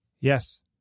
Yes